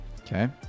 Okay